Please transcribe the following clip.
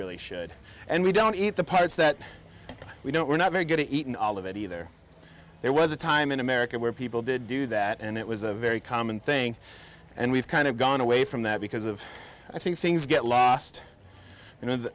really should and we don't eat the parts that we don't we're not very good at eating all of it either there was a time in america where people did do that and it was a very common thing and we've kind of gone away from that because of i think things get lost and i